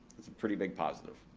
that's a pretty big positive.